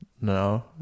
No